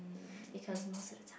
because most of the